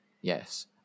yes